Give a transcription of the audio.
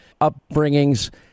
upbringings